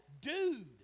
dude